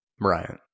Right